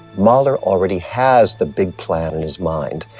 mahler already has the big plan in his mind,